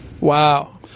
Wow